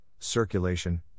Circulation